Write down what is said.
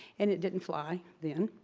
and it didn't fly then.